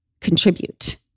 contribute